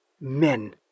Men